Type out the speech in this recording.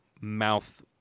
mouth